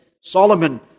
Solomon